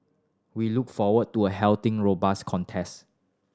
we look forward to a healthy robust contest